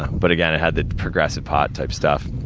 but, again, it had the progressive pot type stuff.